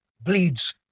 bleeds